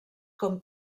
com